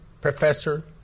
professor